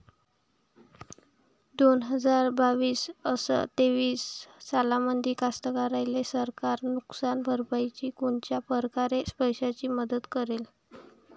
दोन हजार बावीस अस तेवीस सालामंदी कास्तकाराइले सरकार नुकसान भरपाईची कोनच्या परकारे पैशाची मदत करेन?